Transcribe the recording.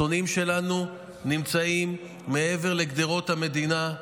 השונאים שלנו נמצאים מעבר לגדרות המדינה.